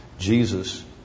Jesus